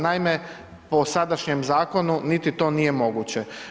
Naime, po sadašnjem zakonu niti to nije moguće.